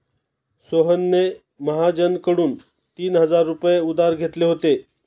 सोहनने महाजनकडून तीन हजार रुपये उधार घेतले होते